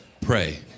pray